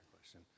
question